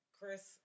Chris